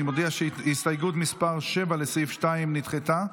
אני מודיע שהסתייגות מס' 7, לסעיף 2, נדחתה.